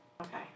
Okay